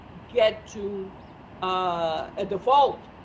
get to a default